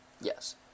Yes